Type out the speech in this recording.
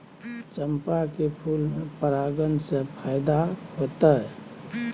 चंपा के फूल में परागण से फायदा होतय?